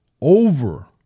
over